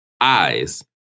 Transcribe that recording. eyes